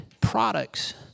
products